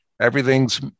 Everything's